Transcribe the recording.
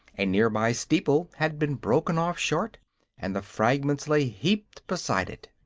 a near by steeple had been broken off short and the fragments lay heaped beside it.